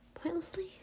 Pointlessly